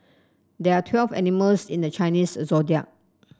there are twelve animals in the Chinese Zodiac